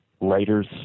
writers